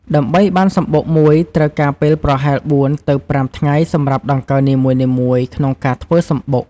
ដើម្បីបានសំបុកមួយ ត្រូវការពេលប្រហែល ៤ ទៅ ៥ ថ្ងៃសម្រាប់ដង្កូវនីមួយៗក្នុងការធ្វើសំបុក។